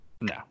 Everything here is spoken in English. no